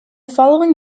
following